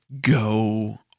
go